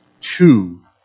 two